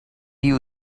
you